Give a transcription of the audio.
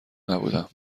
نبودم